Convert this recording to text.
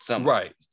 right